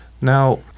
Now